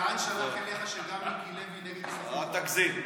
אלעד שלח אליך שגם מיקי לוי נגד כספים קואליציוניים.